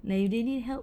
they if they need help